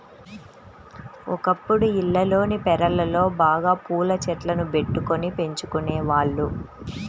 ఒకప్పుడు ఇళ్లల్లోని పెరళ్ళలో బాగా పూల చెట్లను బెట్టుకొని పెంచుకునేవాళ్ళు